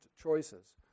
choices